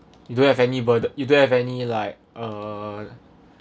you don't have any bur~ you don't have any like err